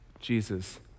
Jesus